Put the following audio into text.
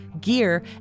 gear